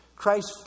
Christ